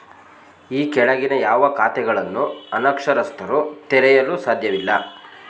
ಈ ಕೆಳಗಿನ ಯಾವ ಖಾತೆಗಳನ್ನು ಅನಕ್ಷರಸ್ಥರು ತೆರೆಯಲು ಸಾಧ್ಯವಿಲ್ಲ?